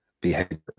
behavior